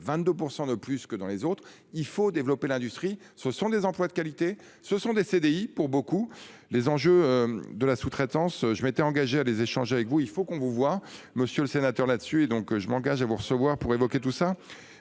22% de plus que dans les autres, il faut développer l'industrie, ce sont des emplois de qualité. Ce sont des CDI pour beaucoup. Les enjeux de la sous-traitance, je m'étais engagé à les échanger avec vous, il faut qu'on vous voit Monsieur le Sénateur dessus et donc je m'engage à vous recevoir pour évoquer tout ça